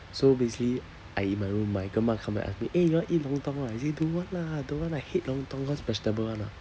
so basically I in my room my grandma come back ask me eh you want eat lontong or not I say don't want lah don't want I hate lontong cause vegetable [one] ah